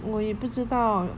我也不知道